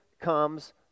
comes